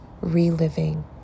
reliving